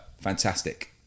Fantastic